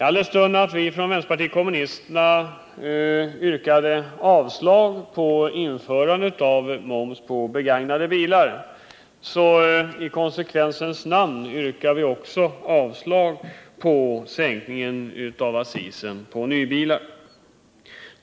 Eftersom vi från vänsterpartiet kommunisterna yrkar avslag på införandet av moms på begagnade bilar, yrkar vi i konsekvensens namn även avslag på förslaget om sänkning av accisen på nya bilar.